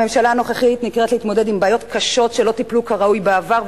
הממשלה הנוכחית נקראת להתמודד עם בעיות קשות שלא טופלו כראוי בעבר,